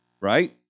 right